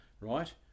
Right